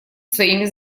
своими